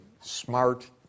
smart